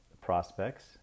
prospects